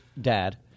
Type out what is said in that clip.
dad